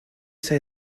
say